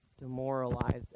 demoralized